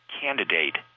candidate